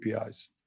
APIs